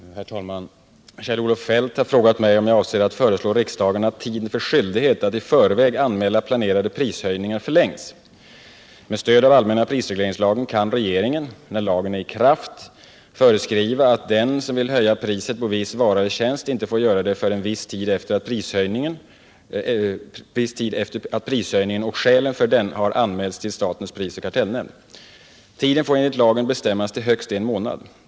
Herr talman! Kjell-Olof Feldt har frågat mig om jag avser att föreslå riksdagen att tiden för skyldighet att i förväg anmäla planerade prishöjningar förlängs. Med stöd av allmänna prisregleringslagen kan regeringen — när lagen är i kraft — föreskriva att den som vill höja priset på viss vara eller tjänst inte får göra det förrän viss tid efter att prishöjningen och skälen för den har anmälts till statens prisoch kartellnämnd . Tiden får enligt lagen bestämmas till högst en månad.